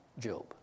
Job